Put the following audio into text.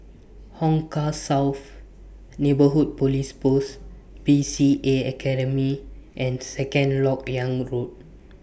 Hong Kah South Neighbourhood Police Post B C A Academy and Second Lok Yang Road